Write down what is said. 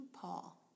Paul